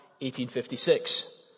1856